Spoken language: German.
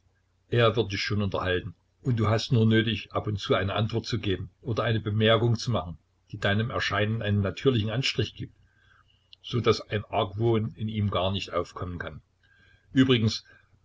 er wird dich schon unterhalten und du hast nur nötig ab und zu eine antwort zu geben oder eine bemerkung zu machen die deinem erscheinen einen natürlichen anstrich gibt so daß ein argwohn in ihm gar nicht aufkommen kann übrigens